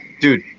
dude